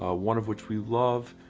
ah one of which we love.